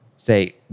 say